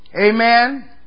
Amen